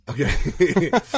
Okay